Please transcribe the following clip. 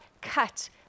cut